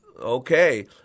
okay